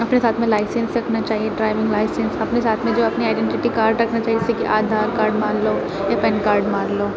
اپنے ساتھ میں لائسنس رکھنا چاہیے ڈرائیونگ لائسنس اپنے ساتھ میں جو اپنے آئیڈینٹیٹی کارڈ رکھنا چاہیے جیسے کہ آدھار کارڈ مان لو یا پین کاڈ مان لو